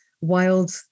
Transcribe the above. wild